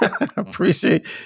appreciate